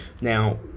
Now